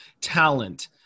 talent